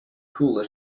cooler